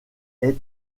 est